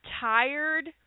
tired